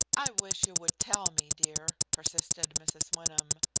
i wish you would tell me, dear, persisted mrs. wyndham.